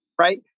right